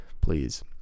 please